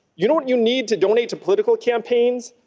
you know what you need to donate to political campaigns?